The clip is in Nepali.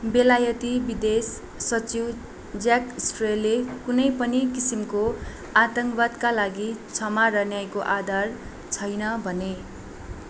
बेलायती विदेश सचिव ज्याक स्ट्रेले कुनै पनि किसिमको आतङ्कवादका लागि क्षमा र न्यायको आधार छैन भने